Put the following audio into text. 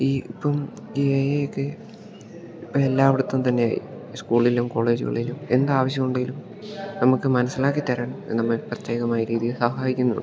ഈ ഇപ്പം ഈ എ ഐയൊക്കെ ഇപ്പം എല്ലായിടത്തും തന്നെ സ്കൂളിലും കോളേജുകളിലും എന്താവശ്യം ഉണ്ടേലും നമുക്ക് മനസ്സിലാക്കി തരാൻ നമ്മെ പ്രത്യേകമായ രീതിയിൽ സഹായിക്കുന്നുണ്ട്